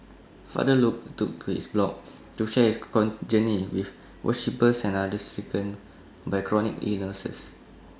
father Luke took to his blog to share his con journey with worshippers and others stricken by chronic illnesses